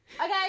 Okay